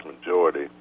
majority